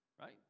right